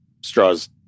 straws